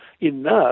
enough